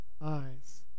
eyes